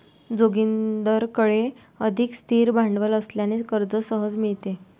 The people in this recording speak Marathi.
जोगिंदरकडे अधिक स्थिर भांडवल असल्याने कर्ज सहज मिळते